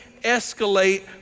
escalate